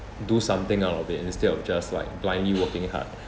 do something out of it instead of just like blindly working hard